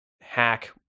hack